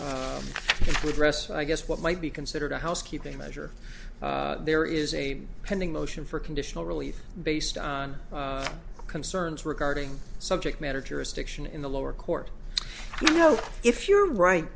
rest i guess what might be considered a housekeeping measure there is a pending motion for conditional relief based on concerns regarding subject matter jurisdiction in the lower court you know if you're right